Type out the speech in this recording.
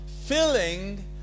filling